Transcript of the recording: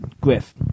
Griff